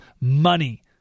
money